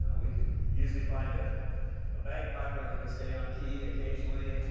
ah we can usually find a a bagpiper that can stay on key, occasionally.